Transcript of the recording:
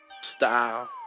Style